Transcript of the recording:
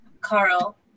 Carl